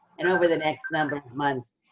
and over the next number of months,